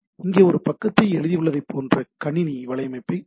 இங்கே ஒரு பக்கத்தை எழுதியுள்ளதைப் போன்ற கணினி வலையமைப்பைக் கூறுங்கள்